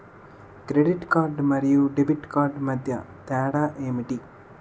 Credit card మరియు debit card మధ్య తేడా ఎంటి?